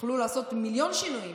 יכלו לעשות מיליון שינויים,